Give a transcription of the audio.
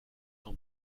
t’en